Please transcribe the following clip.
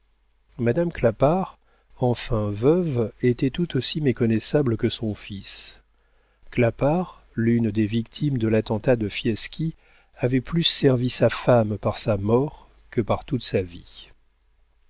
madame clapart enfin veuve était tout aussi méconnaissable que son fils clapart l'une des victimes de l'attentat de fieschi avait plus servi sa femme par sa mort que par toute sa vie